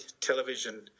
television